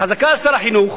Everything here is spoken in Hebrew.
חזקה על שר החינוך